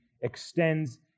extends